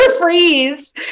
freeze